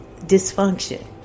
dysfunction